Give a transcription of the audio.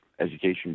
education